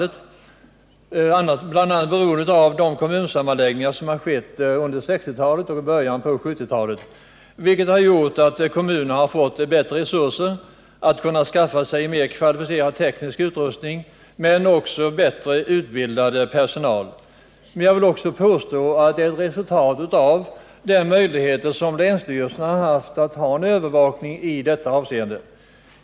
Det är bl.a. beroende på de kommunsammanslagningar som skett under 1960-talet och i början av 1970-talet, som har gjort att kommunerna har fått bättre resurser att skaffa sig mer kvalificerad teknisk utrustning men också bättre utbildad personal. Jag vill också påstå att det är ett resultat av länsstyrelsernas möjligheter att bedriva en viss övervakning i detta avseende.